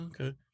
okay